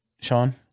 Sean